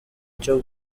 cyo